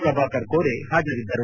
ಪ್ರಭಾಕರ ಕೋರೆ ಹಾಜರಿದ್ದರು